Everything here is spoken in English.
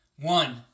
One